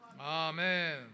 Amen